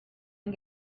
and